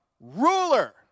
ruler